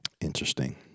interesting